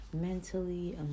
mentally